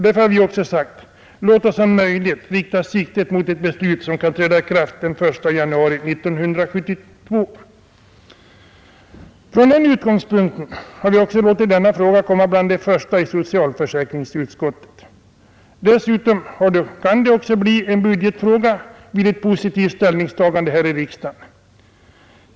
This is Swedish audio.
Därför har vi också sagt: Låt oss om möjligt rikta siktet mot ett beslut som kan träda i kraft den 1 januari 1972! Från den utgångspunkten har vi också låtit denna fråga komma bland de första i socialförsäkringsutskottet. Dessutom kan det också bli en budgetfråga vid ett positivt ställningstagande här i riksdagen.